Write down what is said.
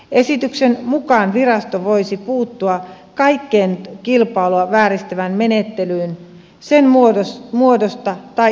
esityksen mukaan virasto voisi puuttua kaikkeen kilpailua vääristävään menettelyyn sen muodosta tai ilmenemistavasta huolimatta